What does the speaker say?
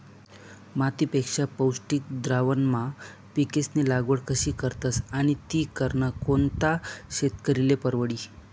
मातीपेक्षा पौष्टिक द्रावणमा पिकेस्नी लागवड कशी करतस आणि ती करनं कोणता शेतकरीले परवडी?